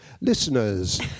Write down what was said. listeners